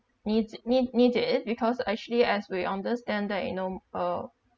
need need need it because actually as we understand that you know uh